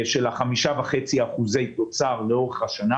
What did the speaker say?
של 5.5% תוצר לאורך השנה.